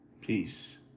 Peace